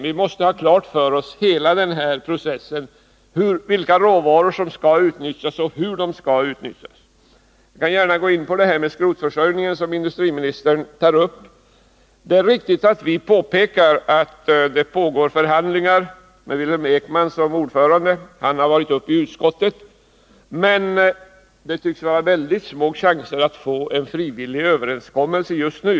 Vi måste ha hela den här processen klar för oss: Vilka råvaror som skall utnyttjas och hur de skall utnyttjas. Jag vill gärna gå in på frågan om skrotförsörjningen, som industriministern tar upp. Det är riktigt att vi påpekar att det pågår förhandlingar med Wilhelm Ekman som ordförande. Han har varit uppe i utskottet. Det tycks dock fortfarande finnas mycket små chanser att nå en frivillig överenskommelse just nu.